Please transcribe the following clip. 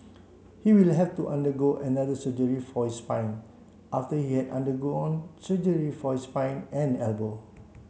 he will have to undergo another surgery for his spine after he had undergone surgery for his spine and elbow